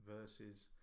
versus